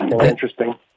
Interesting